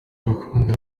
abakunzi